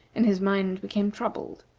and his mind became troubled.